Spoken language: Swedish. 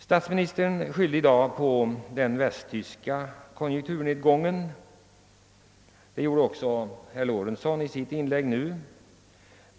Statsministern skyllde i dag på den västtyska konjunkturnedgången och det gjorde även herr Lorentzon i sitt inlägg nyss.